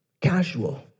Casual